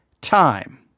time